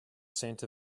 scent